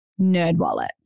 Nerdwallet